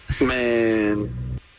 Man